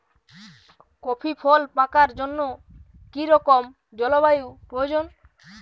Coffee ফল পাকার জন্য কী রকম জলবায়ু প্রয়োজন?